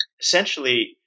essentially